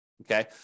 Okay